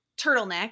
turtleneck